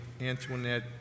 Antoinette